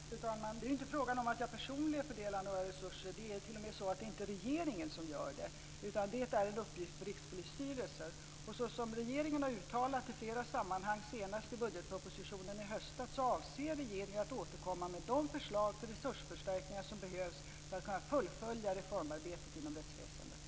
Fru talman! Det är inte fråga om att jag personligen fördelar några resurser. Det är t.o.m. så att det inte är regeringen som gör det, utan det är en uppgift för Rikspolisstyrelsen. Och som regeringen har uttalat i flera sammanhang, senast i budgetpropositionen i höstas, så avser den att återkomma med de förslag till resursförstärkningar som behövs för att kunna fullfölja reformarbetet inom rättsväsendet.